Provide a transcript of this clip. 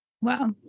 Wow